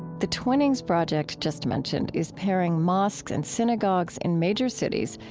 the twinnings project just mentioned is pairing mosques and synagogues in major cities,